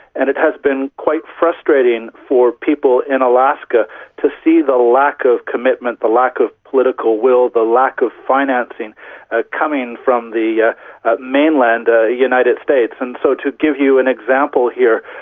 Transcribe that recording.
and it has been quite frustrating for people in alaska to see the lack of commitment, the lack of political will, the lack of financing ah coming from the yeah ah mainland ah united states. and so to give you an example here,